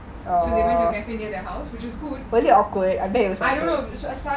so they went to the cafe near their house which is good I don't know